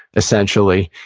essentially,